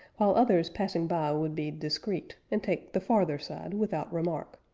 while others passing by would be discreet and take the farther side without remark,